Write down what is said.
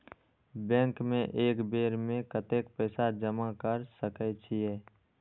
Bank में एक बेर में कतेक पैसा जमा कर सके छीये?